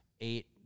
eight